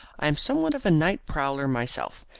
i am somewhat of a night prowler myself,